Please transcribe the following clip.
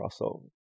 crossover